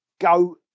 go